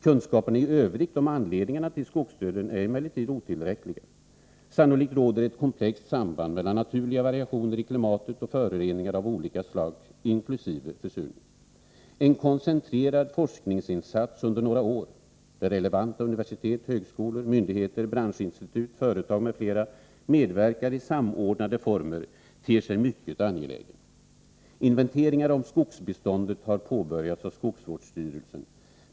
Kunskaperna i övrigt om anledningarna till skogsdöden är emellertid otillräckliga. Sannolikt råder ett komplext samband mellan naturliga variationer i klimatet och föroreningar av olika slag inkl. försurning. En koncentrerad forskningsinsats under några år, där relevanta universitet, högskolor, myndigheter, branschinstitut, företag osv. medverkar i samordnade former, ter sig mycket angelägen. Inventeringar av skogsbeståndet har påbörjats av skogsvårdsstyrelsen.